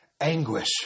anguish